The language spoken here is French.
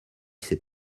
ses